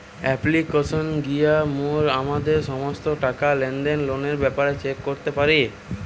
অ্যাপ্লিকেশানে গিয়া মোরা আমাদের সমস্ত টাকা, লেনদেন, লোনের ব্যাপারে চেক করতে পারি